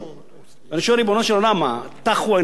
ואני שואל: ריבונו של עולם, מה, טחו עיניכם מראות?